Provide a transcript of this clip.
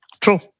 True